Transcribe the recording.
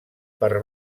per